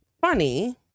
funny